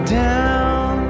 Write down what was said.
down